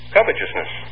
Covetousness